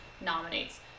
nominates